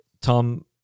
Tom